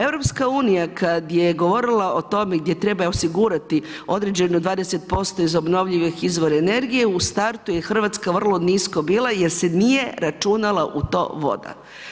EU kad je govorila o tome gdje treba osigurati određenu 20% iz obnovljivih izvora energije, u startu je Hrvatska vrlo nisko bila, jer se nije računala u to voda.